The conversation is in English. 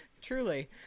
Truly